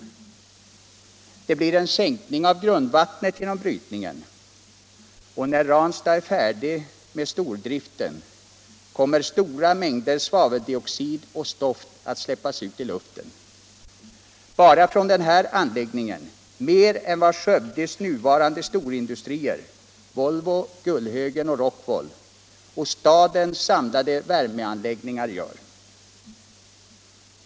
Brytningen medför en sänkning av grundvattnet, och när stordriften är färdig kommer stora mängder svaveldioxid och stoft att släppas i luften. Bara från denna anläggning kommer det att släppas ut mer än vad Skövdes nuvarande industrier, Volvo, Gullhögen och Rockwool, samt stadens samlade värmeanläggningar gör.